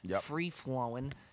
free-flowing